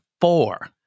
four